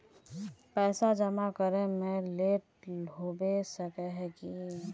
पैसा जमा करे में लेट होबे सके है की?